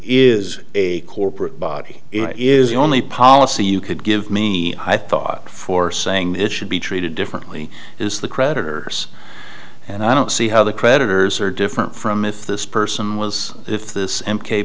is a corporate body is the only policy you could give me i thought for saying it should be treated differently is the creditors and i don't see how the creditors are different from if this person was if this